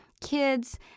kids